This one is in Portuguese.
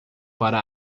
para